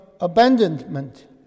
abandonment